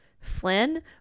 Flynn